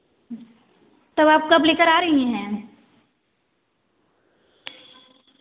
तो आप कब लेकर आ रही हैं